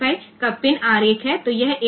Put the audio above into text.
તે 40 pin dual inline chip છે